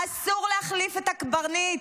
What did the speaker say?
אסור להחליף את הקברניט.